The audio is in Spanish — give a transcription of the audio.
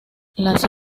las